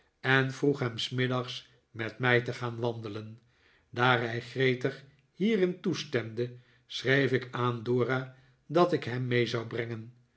en vroeg hem s middags met mij te gaan wandelen daar hij gretig hierin toestemde schreef ik aan dora dat ik hem mee zou brengen